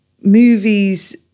Movies